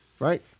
Right